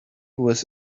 was